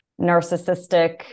narcissistic